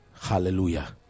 Hallelujah